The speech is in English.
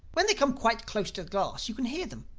when they come quite close to the glass you can hear them.